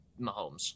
Mahomes